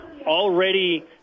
already